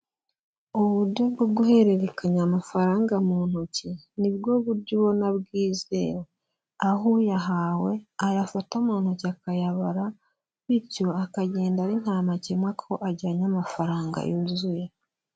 Uburyo bwo guhererekanya amafaranga mu ntoki, ni bwo buryo ubona bwizewe. aho uyahawe ayafata mu ntoki akayabara, bityo akagenda ari nta makemwa ko ajyanye amafaranga yuzuye.